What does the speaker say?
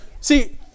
see